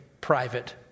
private